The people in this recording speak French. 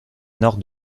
nord